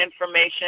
information